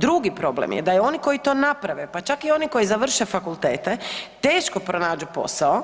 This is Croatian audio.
Drugi problem je da oni koji to naprave, pa čak i oni koji završe fakultete teško pronađu posao